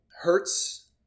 hurts